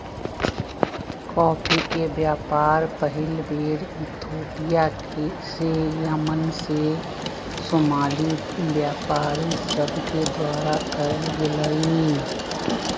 coffee के व्यापार पहिल बेर इथोपिया से यमन में सोमाली व्यापारि सभके द्वारा कयल गेलइ